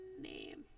name